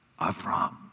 Avram